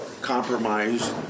compromise